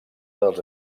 als